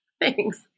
Thanks